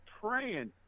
praying